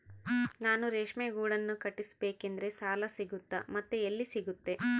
ನಾನು ರೇಷ್ಮೆ ಗೂಡನ್ನು ಕಟ್ಟಿಸ್ಬೇಕಂದ್ರೆ ಸಾಲ ಸಿಗುತ್ತಾ ಮತ್ತೆ ಎಲ್ಲಿ ಸಿಗುತ್ತೆ?